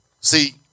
See